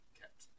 kept